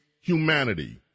humanity